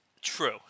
True